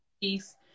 peace